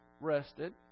rested